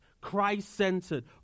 Christ-centered